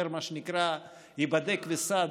יותר מה שנקרא "היבדק וסע",